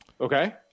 Okay